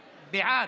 בעד,